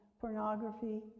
pornography